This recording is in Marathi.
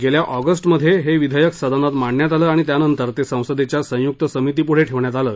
गेल्या ऑगस्टमध्ये हे विधेयक सदनात मांडण्यात आलं आणि त्यानंतर ते संसदेच्या संयुक्त समितीपुढे ठेवण्यात आलं